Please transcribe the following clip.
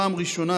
בפעם הראשונה,